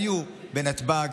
היו בנתב"ג,